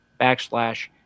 backslash